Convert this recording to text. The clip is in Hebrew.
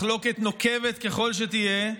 מחלוקת נוקבת ככל שתהיה,